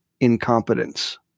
incompetence